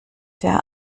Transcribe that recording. der